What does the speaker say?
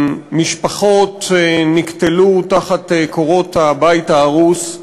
משפחות נקטלו תחת קורות הבית ההרוס.